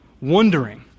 wondering